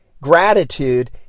gratitude